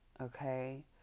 Okay